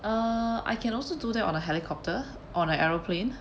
uh I can also do that on a helicopter on an aeroplane